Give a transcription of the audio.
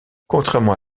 contrairement